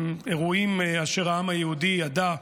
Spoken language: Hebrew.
הם אירועים אשר העם היהודי ידע,